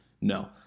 No